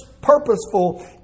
purposeful